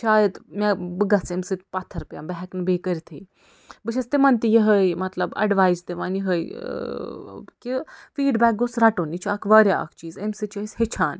شاید مےٚ بہٕ گَژھٕ امہِ سۭتۍ پتھر پٮ۪مہٕ بہٕ ہٮ۪کہٕ نہٕ بیٚیہِ کٔرتھٕے بہٕ چھَس تِمن تہِ یِہٲے مطلب ایڈوایِس دِوان یِہٲے کہِ فیٖڈبیک گوٚژھ رٹُن یہِ چھُ اکھ وارِیاہ اکھ چیز امہِ سۭتۍ چھُ أسۍ ہیٚچھان